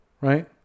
right